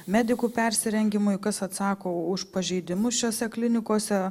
medikų persirengimui kas atsako už pažeidimus šiose klinikose